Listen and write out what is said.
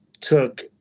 took